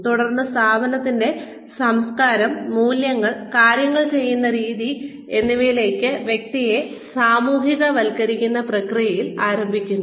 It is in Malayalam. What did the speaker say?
തുടർന്ന് സ്ഥാപനത്തിന്റെ സംസ്കാരം മൂല്യങ്ങൾ കാര്യങ്ങൾ ചെയ്യുന്ന രീതികൾ എന്നിവയിലേക്ക് വ്യക്തിയെ സാമൂഹികവൽക്കരിക്കുന്ന പ്രക്രിയയിൽ ആരംഭിക്കുന്നു